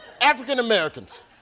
African-Americans